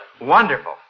Wonderful